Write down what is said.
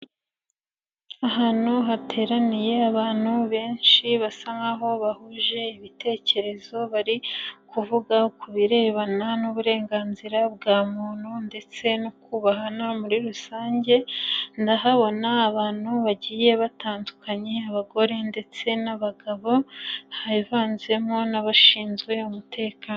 Ahantu hateraniye abantu benshi, basa nk'aho bahuje ibitekerezo, bari kuvuga ku birebana n'uburenganzira bwa muntu ndetse no kubahana muri rusange, ndahabona abantu bagiye batandukanye, abagore ndetse n'abagabo, hivanzemo n'abashinzwe umutekano.